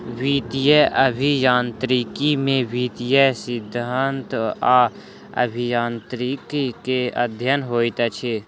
वित्तीय अभियांत्रिकी में वित्तीय सिद्धांत आ अभियांत्रिकी के अध्ययन होइत अछि